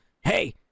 hey